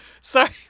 Sorry